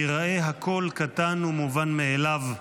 ייראה הכול קטן ומובן מאליו"